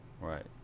Right